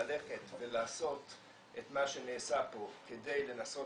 ללכת ולעשות את מה שנעשה פה כדי לנסות